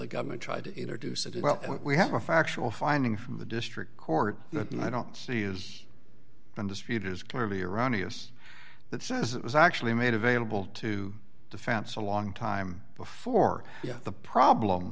the government tried to introduce it well we have a factual finding from the district court and i don't see is in dispute is clearly erroneous that says it was actually made available to defense a long time before the problem